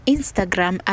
Instagram